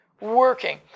working